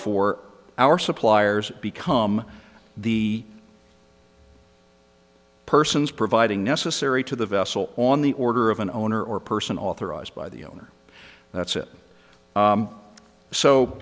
or our suppliers become the persons providing necessary to the vessel on the order of an owner or person authorized by the owner that's it